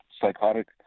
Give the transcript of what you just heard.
psychotic